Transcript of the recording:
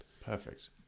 Perfect